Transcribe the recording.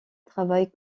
travaille